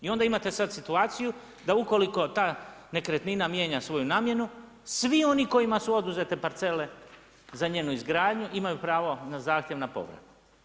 I onda imate sada situaciju da ukoliko ta nekretnina mijenja svoju namjenu svi oni kojima su oduzete parcele za njenu izgradnju imaju pravo na zahtjev na povrat.